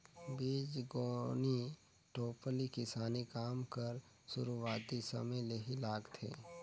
बीजगोनी टोपली किसानी काम कर सुरूवाती समे ले ही लागथे